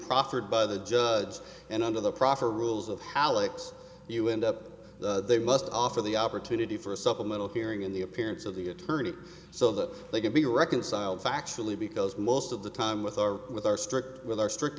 proffered by the judge and under the proffer rules of how likes you wind up they must offer the opportunity for a supplemental hearing in the appearance of the attorney so that they can be reconciled factually because most of the time with our with our strict with our strict